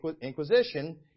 inquisition